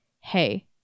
hey